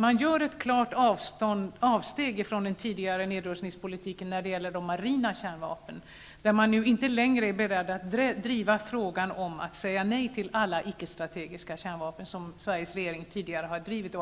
Man gör ett klart avsteg från den tidigare nedrustningspolitiken när det gäller de marina kärnvapnen. Där är man inte längre beredd att driva frågan om att säga nej till alla ickestrategiska kärnvapen. Den frågan har Sveriges regering tidigare drivit.